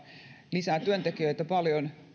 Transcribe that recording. lisää työntekijöitä